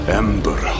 ember